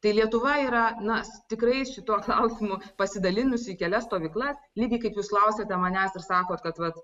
tai lietuva yra na tikrai šituo klausimu pasidalinusi į kelias stovyklas lygiai kaip jūs klausiate manęs ir sakot kad vat